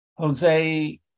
Jose